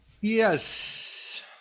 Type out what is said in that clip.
Yes